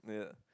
yeah